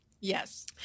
Yes